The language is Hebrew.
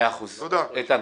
מאה אחוז, איתן.